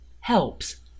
helps